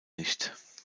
nicht